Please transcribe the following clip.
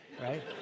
right